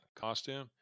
costume